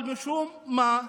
אבל משום מה,